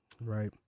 right